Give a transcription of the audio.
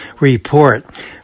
report